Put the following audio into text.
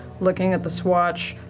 looking at the swatch,